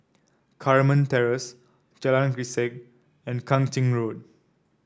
Carmen Terrace Jalan Grisek and Kang Ching Road